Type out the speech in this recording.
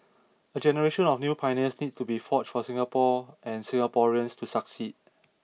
a generation of new pioneers needs to be forged for Singapore and Singaporeans to succeed